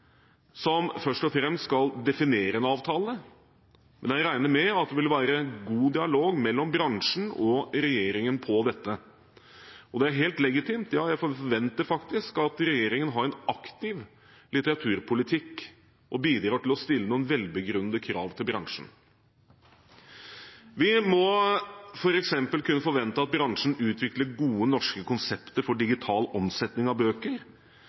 som først og fremst skal definere en avtale, men jeg regner med at det vil være god dialog mellom bransjen og regjeringen på dette. Det er helt legitimt – ja, jeg forventer det faktisk – at regjeringen har en aktiv litteraturpolitikk og bidrar til å stille noen velbegrunnede krav til bransjen. Vi må f.eks. kunne forvente at bransjen utvikler gode norske konsepter for digital omsetning av bøker,